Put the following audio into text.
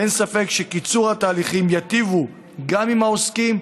אין ספק שקיצור התהליכים ייטיב גם עם העוסקים,